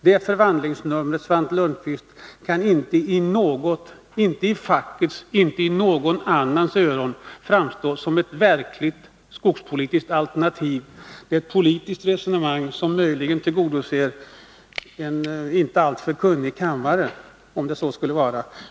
Det förvandlingsnumret, Svante Lundkvist, kan inte för vare sig facket eller någon annan framstå som ett verkligt skogspolitiskt alternativ. Det är ett politiskt resonemang som möjligen kan gå hem i en inte alltför kunnig kammare.